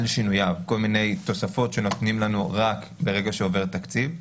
שינוייו יש כל מיני תוספות שנותנים לנו רק ברגע שעובר תקציב,